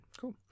cool